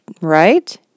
Right